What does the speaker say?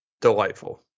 delightful